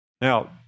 Now